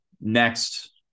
Next